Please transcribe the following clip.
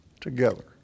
together